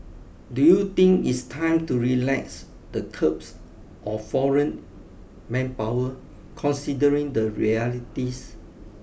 do you think it's time to relax the curbs on foreign manpower considering the realities